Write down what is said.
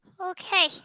Okay